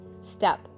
step